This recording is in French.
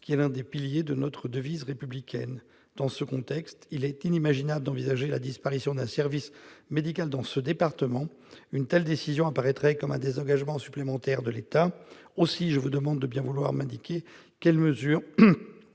qui est l'un des piliers de notre devise républicaine. Dans ce contexte, il est inimaginable d'envisager la disparition d'un service médical dans ce département. Une telle décision apparaîtrait comme un désengagement supplémentaire de l'État. Aussi quelles mesures